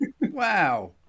Wow